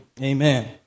Amen